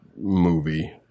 movie